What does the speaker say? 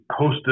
hosted